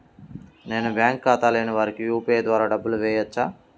నేను బ్యాంక్ ఖాతా లేని వారికి యూ.పీ.ఐ ద్వారా డబ్బులు వేయచ్చా?